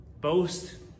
Boast